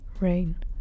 rain